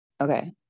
okay